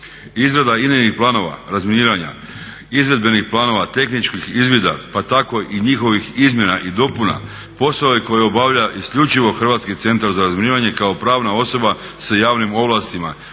Izrada idejnih planova razminiranja izvedbenih planova tehničkih izvida pa tako i njihovih izmjena i dopuna posao je koji obavlja isključivo HCR kao pravna osoba s javnim ovlastima